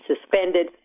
suspended